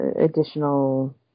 additional